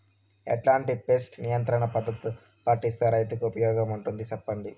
ఎట్లాంటి పెస్ట్ నియంత్రణ పద్ధతులు పాటిస్తే, రైతుకు ఉపయోగంగా ఉంటుంది సెప్పండి?